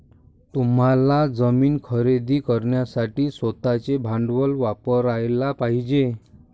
तुम्हाला जमीन खरेदी करण्यासाठी स्वतःचे भांडवल वापरयाला पाहिजे